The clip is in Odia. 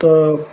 ତ